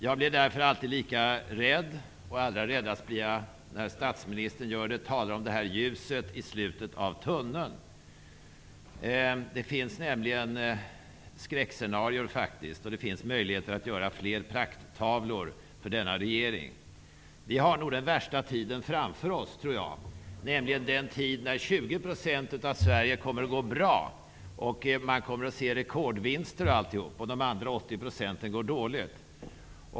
Jag blir därför alltid rädd när det talas -- och allra räddast blir jag när statsministern gör det -- om ljuset i slutet av tunneln. Det finns faktiskt skräckscenarier, och det finns möjligheter för denna regering att göra fler prakttavlor. Vi har nog den värsta tiden framför oss -- det tror jag -- nämligen den tid då 20 % av Sverige går bra och man ser rekordvinster osv., medan övriga 80 % går dåligt.